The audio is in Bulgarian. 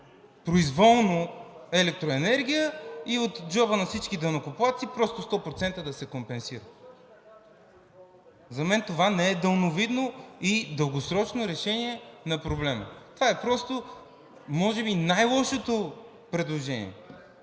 произволно електроенергия и от джоба на всички данъкоплатци просто 100% да се компенсират? За мен това не е далновидно и дългосрочно решение на проблема. Това е просто може би най-лошото предложение.